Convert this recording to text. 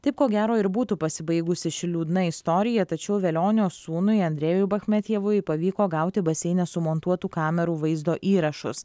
taip ko gero ir būtų pasibaigusi ši liūdna istorija tačiau velionio sūnui andrėjui bachmetjevui pavyko gauti baseine sumontuotų kamerų vaizdo įrašus